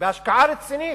ובהשקעה רצינית,